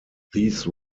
these